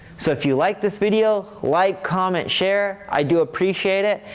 so if you like this video, like, comment, share. i do appreciate it,